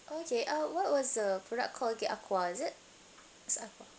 okay uh what was the product called again akwar is it